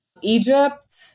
Egypt